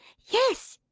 yes,